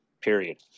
period